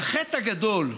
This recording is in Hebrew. והחטא הגדול,